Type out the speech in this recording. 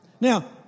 Now